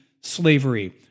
slavery